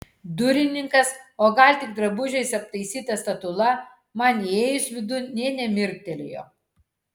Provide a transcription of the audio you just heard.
durininkas o gal tik drabužiais aptaisyta statula man įėjus vidun nė nemirktelėjo